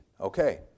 Okay